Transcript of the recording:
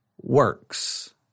works